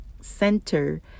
center